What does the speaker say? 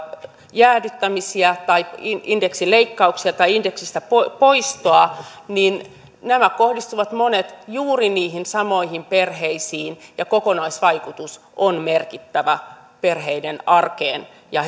jäädyttämisiä tai indeksileikkauksia tai indeksistä poistoja niin nämä kohdistuvat monet juuri niihin samoihin perheisiin ja kokonaisvaikutus on merkittävä perheiden arkeen ja